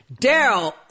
Daryl